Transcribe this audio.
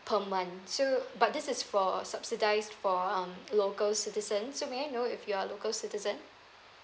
per month so but this is for subsidise for um local citizen so may I know if you're local citizen